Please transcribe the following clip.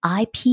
IP